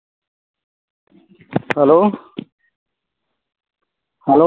hello